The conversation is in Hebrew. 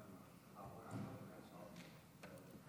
אנחנו עוברים לנושא הבא על סדר-היום,